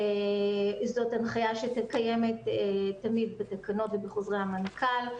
זאת הנחיה שקיימת תמיד בתקנות ובחוזרי המנכ"ל.